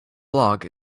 block